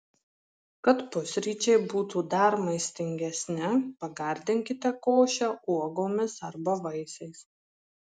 kad pusryčiai būtų dar maistingesni pagardinkite košę uogomis arba vaisiais